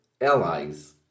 allies